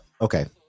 okay